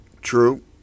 True